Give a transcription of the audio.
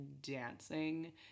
dancing